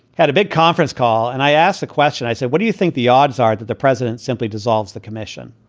had a big conference call. and i asked the question. i said, what do you think the odds are that the president simply dissolves the commission?